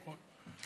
נכון?